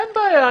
אין בעיה,